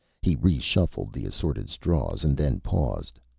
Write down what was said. he reshuffled the assorted straws, and then paused.